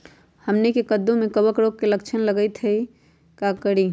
हमनी के कददु में कवक रोग के लक्षण हई का करी?